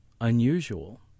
unusual